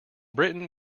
britain